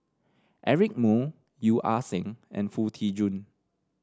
Eric Moo Yeo Ah Seng and Foo Tee Jun